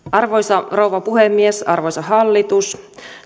arvoisa rouva puhemies arvoisa hallitus